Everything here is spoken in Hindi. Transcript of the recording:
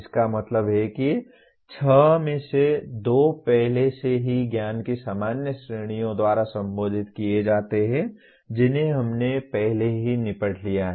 इसका मतलब है कि छह में से दो पहले से ही ज्ञान की सामान्य श्रेणियों द्वारा संबोधित किए जाते हैं जिन्हें हमने पहले ही निपटा लिया है